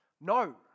No